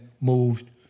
moved